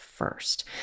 First